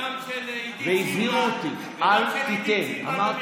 וגם של עידית סילמן ומיכל וולדיגר.